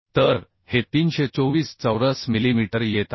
तर हे 324 चौरस मिलीमीटर येत आहे